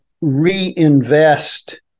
reinvest